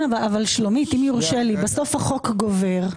שלומית, בסוף החוק גובר.